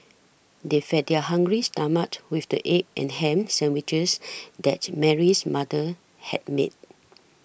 they fed their hungry stomachs with the egg and ham sandwiches that Mary's mother had made